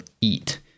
eat